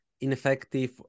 ineffective